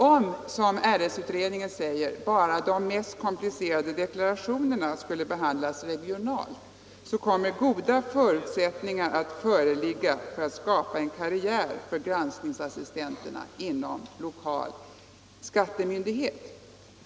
Om, som RS-utredningen säger, bara de mest komplicerade deklarationerna skulle behandlas regionalt kommer goda förutsättningar att föreligga för att skapa en karriär för granskningsassistenterna inom lokal skattemyndighet.